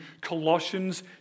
Colossians